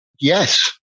yes